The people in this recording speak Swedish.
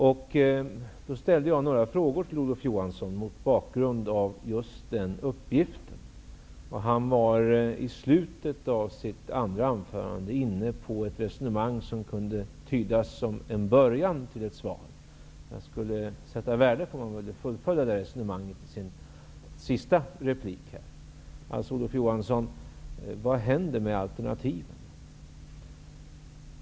Jag ställde några frågor till Olof Johansson mot bakgrund av just den uppgiften. Han var i slutet av sitt andra anförande inne på ett resonemang som kunde tydas som en början till ett svar. Jag skulle sätta värde på om han ville fullfölja det resonemanget i sin sista replik här. Vad händer med alternativen, Olof Johansson?